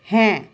হ্যাঁ